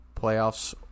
playoffs